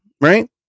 Right